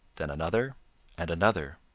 then another and another.